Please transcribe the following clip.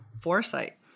foresight